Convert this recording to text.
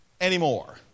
anymore